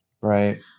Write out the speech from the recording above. Right